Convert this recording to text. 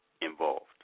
involved